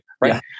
right